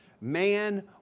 Man